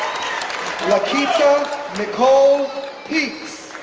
laketa nicole peaks,